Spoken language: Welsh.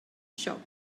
siop